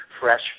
fresh